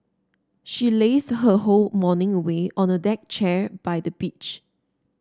she lazed her whole morning away on a deck chair by the beach